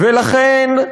לכן,